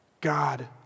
God